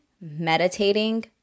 meditating